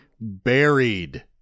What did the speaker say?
buried